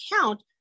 count